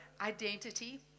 identity